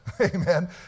Amen